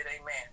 amen